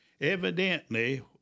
evidently